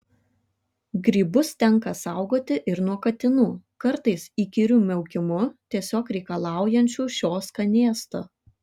grybus tenka saugoti ir nuo katinų kartais įkyriu miaukimu tiesiog reikalaujančių šio skanėsto